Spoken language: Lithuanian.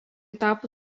tapo